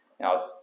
Now